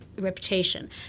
reputation